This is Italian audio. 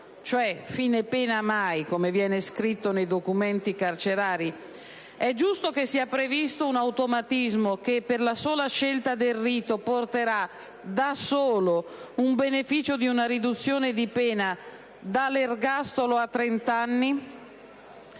cioè «fine pena mai», com'è scritto nei documenti carcerari - sia stabilito un automatismo che, per la sola scelta del rito, porterà il beneficio di una riduzione di pena dall'ergastolo a 30 anni?